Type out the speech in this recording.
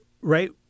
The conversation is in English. right